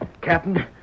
Captain